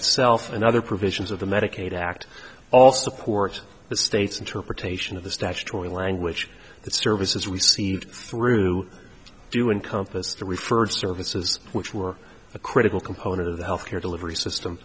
itself and other provisions of the medicaid act also supports the state's interpretation of the statutory language that services received through do encompass the referred services which were a critical component of the health care delivery system